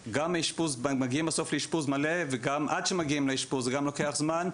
מגיעים בסוף לאשפוז מלא וגם עד שמגיעים לאשפוז זה גם לוקח זמן,